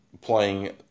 playing